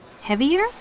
Heavier